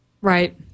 Right